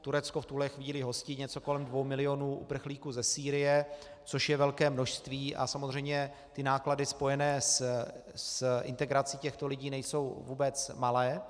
Turecko v tuhle chvíli hostí něco kolem 2 milionů uprchlíků ze Sýrie, což je velké množství a samozřejmě náklady spojené s integrací těchto lidí nejsou vůbec malé.